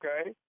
okay